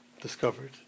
discovered